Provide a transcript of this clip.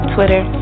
Twitter